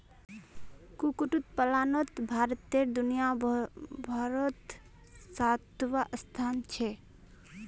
कुक्कुट पलानोत भारतेर दुनियाभारोत सातवाँ स्थान छे